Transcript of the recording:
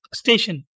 station